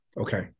Okay